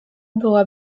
była